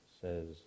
says